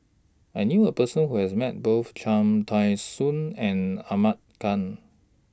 I knew A Person Who has Met Both Cham Tao Soon and Ahmad Khan